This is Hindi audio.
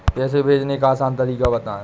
पैसे भेजने का आसान तरीका बताए?